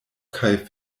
kaj